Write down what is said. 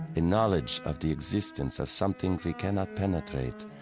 and knowledge of the existence of something we cannot penetrate,